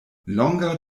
longa